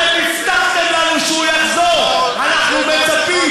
אתם הבטחתם לנו שהוא יחזור, אנחנו מצפים.